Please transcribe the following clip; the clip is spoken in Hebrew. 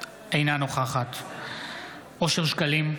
אינה נוכחת אושר שקלים,